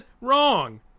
Wrong